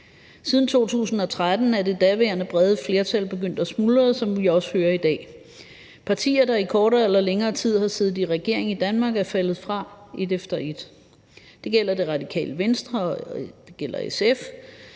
Siden 2013 er det daværende brede flertal begyndt at smuldre, som vi også hører i dag. Partier, der i kortere eller længere tid har siddet i regering i Danmark, er faldet fra et efter et. Det gælder Radikale Venstre, og det